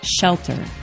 SHELTER